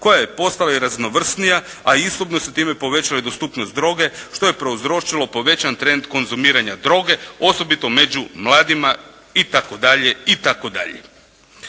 koja je postala i raznovrsnija, a istodobno se time i povećala dostupnost droge što je prouzročilo povećan trend konzumiranja droge osobito među mladima itd.